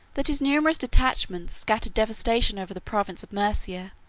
that his numerous detachments scattered devastation over the province of maesia,